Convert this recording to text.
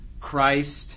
Christ